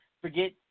forget